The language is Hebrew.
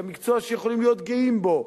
מקצוע שיכולים להיות גאים בו,